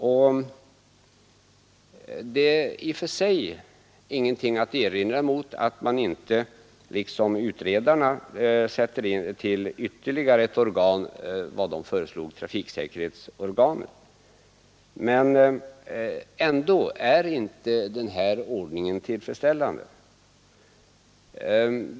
Det finns i och för sig ingenting att erinra mot att man inte liksom utredarna tillsätter ytterligare ett organ. De föreslog insättande av ett trafiksäkerhetsorgan. Men ändå är inte den här ordningen tillfredsställande.